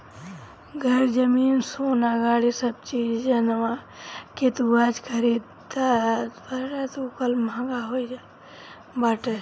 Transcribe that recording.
घर, जमीन, सोना, गाड़ी सब चीज जवना के तू आज खरीदबअ उ कल महंग होई जात बाटे